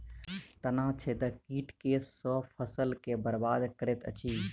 तना छेदक कीट केँ सँ फसल केँ बरबाद करैत अछि?